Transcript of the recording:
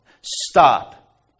stop